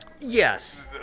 Yes